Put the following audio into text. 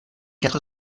quatre